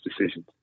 decisions